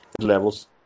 levels